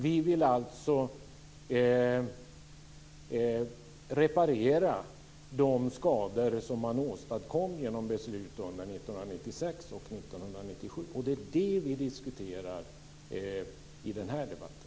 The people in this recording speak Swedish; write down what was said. Vi vill alltså reparera de skador som man åstadkom genom beslut under 1996 och 1997, och det är det vi diskuterar i den här debatten.